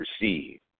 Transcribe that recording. receive